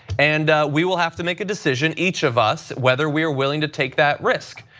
and we will have to make a decision, each of us, whether we are willing to take that risk.